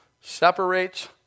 separates